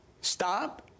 stop